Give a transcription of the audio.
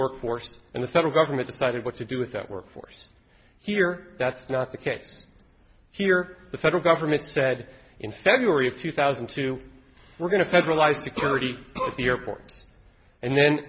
work force and the federal government decided what to do with that work force here that's not the case here the federal government said in february of two thousand two we're going to federalize security at the airport and then